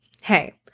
hey